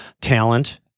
talent